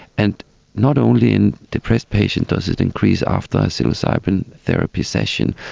and not only in depressed patients does it increase after a psilocybin therapy session,